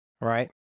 Right